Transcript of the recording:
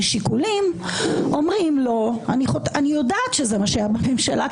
אני יודעת שזה מה שהיה בממשלה,